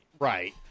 right